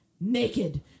Naked